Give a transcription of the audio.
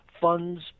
funds